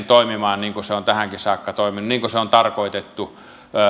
toimimaan niin kuin se on tähänkin saakka toiminut niin kuin sen on tarkoitettu